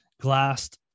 glassed